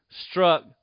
struck